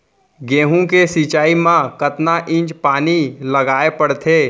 गेहूँ के सिंचाई मा कतना इंच पानी लगाए पड़थे?